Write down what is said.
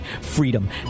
freedom